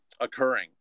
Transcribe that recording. occurring